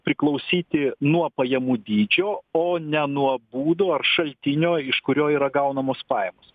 priklausyti nuo pajamų dydžio o ne nuo būdo ar šaltinio iš kurio yra gaunamos pajamos